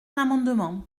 l’amendement